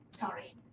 Sorry